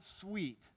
sweet